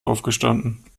aufgestanden